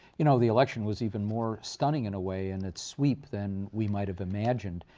you know, the election was even more stunning, in a way, in its sweep than we might have imagined.